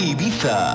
Ibiza